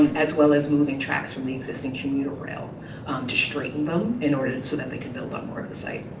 as well as moving tracks from the existing commuter rail to straighten them in order so that they can build up more of the site.